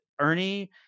Ernie